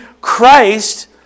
Christ